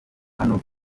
hano